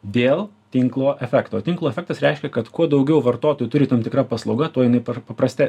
dėl tinklo efekto tinklo efektas reiškia kad kuo daugiau vartotų turi tam tikra paslauga tuo jinai per papraste